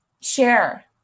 share